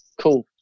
cool